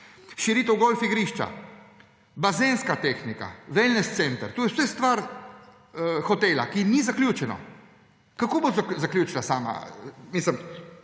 Širitev golf igrišča, bazenska tehnika, wellness center, to je vse stvar hotela in ni zaključeno. Kako bo to zaključil sam hotel?